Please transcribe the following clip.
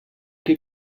qui